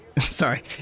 sorry